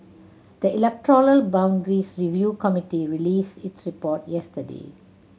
the electoral boundaries review committee released its report yesterday